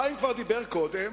חיים כבר דיבר קודם